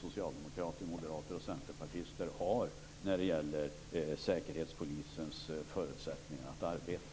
socialdemokraternas, moderaternas och centerpartisternas gemensamma inställning till Säkerhetspolisens förutsättningar att arbeta.